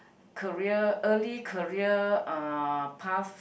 career early career uh path